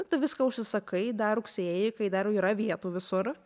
tu viską užsisakai dar rugsėjį kai dar yra vietų visur